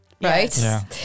Right